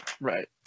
Right